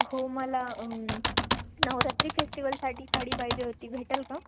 हो मला नवरात्री फेस्टिवलसाठी साडी पाहिजे होती भेटेल का